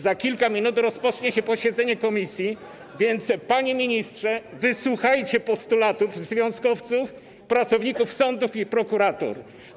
Za kilka minut rozpocznie się posiedzenie komisji, więc panie ministrze, wysłuchajcie postulatów związkowców, pracowników sądów i prokuratur.